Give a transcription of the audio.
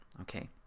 okay